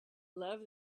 love